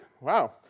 Wow